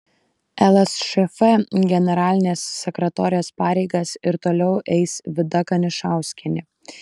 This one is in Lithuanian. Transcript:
lsšf generalinės sekretorės pareigas ir toliau eis vida kanišauskienė